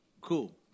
Cool